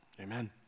Amen